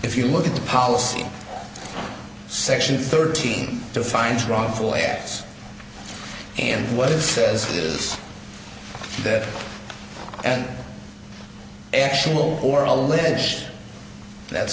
if you look at the policy section thirteen to find wrongful acts and what it says is that an actual or alleged that's